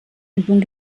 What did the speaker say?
übung